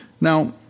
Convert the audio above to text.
Now